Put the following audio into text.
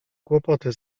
kłopoty